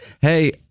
Hey